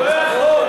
הוא לא יכול.